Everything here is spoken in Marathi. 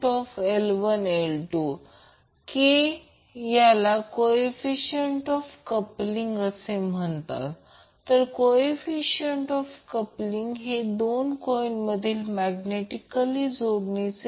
तर L C RL ज्याला आपण RC म्हणतो या सर्व गोष्टी उर्वरित व्हेरिएबल्सच्या माध्यमातून आपल्याला मिळाल्या आता प्रश्न असा आहे की या 5 आणि 6 मधील दोन मध्ये मी सांगितले